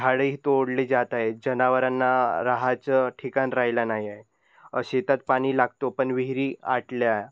झाडेही तोडली जात आहे जनावरांना रहायचं ठिकाण राहिला नाही आहे शेतात पाणी लागतो पण विहिरी आटल्या